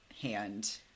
hand